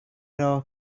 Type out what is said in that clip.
رها